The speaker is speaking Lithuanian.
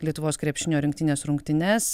lietuvos krepšinio rinktinės rungtynes